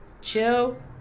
chill